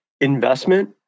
investment